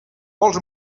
vols